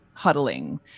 huddling